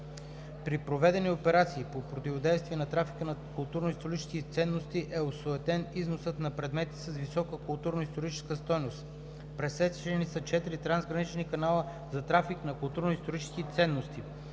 При проведени операции по противодействие на трафика на културно-исторически ценности е осуетен износът на предмети с висока културно-историческа стойност. Пресечени са 4 трансгранични канала за трафик на културно-исторически ценности.